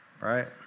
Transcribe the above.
right